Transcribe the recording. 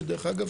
דרך אגב,